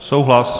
Souhlas.